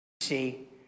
See